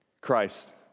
Christ